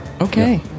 okay